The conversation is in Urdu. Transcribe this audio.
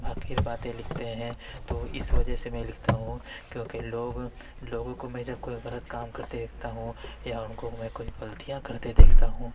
حقیر باتیں لکھتے ہیں تو اِس وجہ سے میں لکھتا ہوں کیونکہ لوگوں لوگوں کو میں جب کوئی غلط کام کرتے دیکھتا ہوں یا اُن کو میں کوئی غلطیاں کرتے دیکھتا ہوں